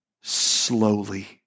slowly